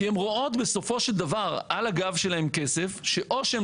כי הן רואות בסופו של דבר על הגב שלהן כסף או שהן